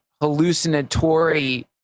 hallucinatory